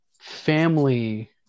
family